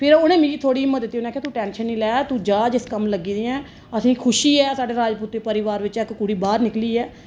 फिर उंहे मिगी थोह्ड़ी हिम्मत दित्ती उनें आखेआ तू टैंशन नेईं ले तू जां जिस कम्म लेई लग्गी दी ऐ आसेंगी खुशी ऐ साढ़े राजपूते परिवार च इक कुड़ी बाहर निकली ऐ